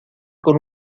con